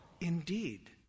Indeed